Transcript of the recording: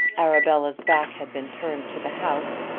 arabella's back had been turned to the house,